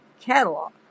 catalog